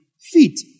feet